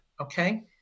Okay